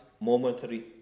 momentary